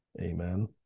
Amen